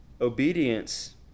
obedience